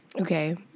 Okay